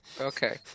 Okay